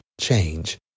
change